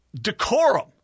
decorum